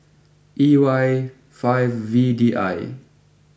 E Y five V D I